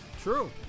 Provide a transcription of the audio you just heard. true